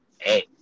hey